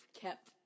kept